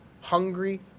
hungry